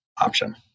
option